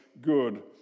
good